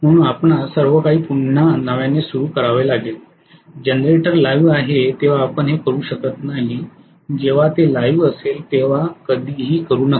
म्हणून आपणास सर्वकाही पुन्हा नव्याने सुरू करावे लागेल जनरेटर लाइव्ह आहे तेव्हा आपण हे करू शकत नाही जेव्हा ते लाइव्ह असेल तेव्हा कधीही करू नका